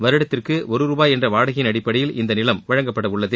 வருடத்திற்கு ஒரு ரூபாய் என்ற வாடகையின் அடிப்படையில் இந்த நிலம் வழங்கப்படவுள்ளது